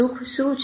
સુખ શું છે